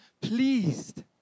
pleased